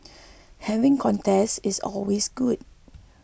having contests is always good